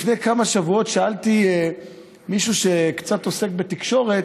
לפני כמה שבועות שאלתי מישהו שקצת עוסק בתקשורת: